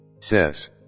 says